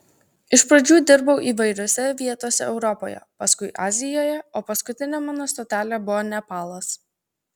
iš pradžių dirbau įvairiose vietose europoje paskui azijoje o paskutinė mano stotelė buvo nepalas